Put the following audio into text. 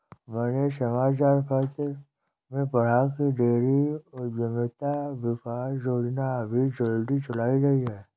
मैंने समाचार पत्र में पढ़ा की डेयरी उधमिता विकास योजना अभी जल्दी चलाई गई है